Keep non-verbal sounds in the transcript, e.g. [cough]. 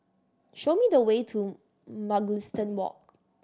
show me the way to Mugliston Walk [unintelligible]